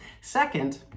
Second